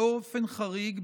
באופן חריג,